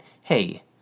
hey